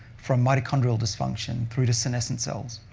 from mitochondrial dysfunction through to senescent cells,